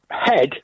head